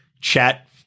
chat